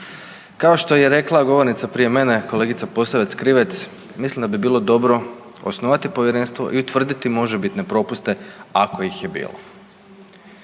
Kao što je rekla govornica prije mene kolegica Posavec Krivec, mislim bi bilo dobro osnovati povjerenstvo i utvrditi možebitne propuste ako ih je bilo.